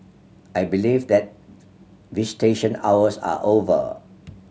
I believe that visitation hours are over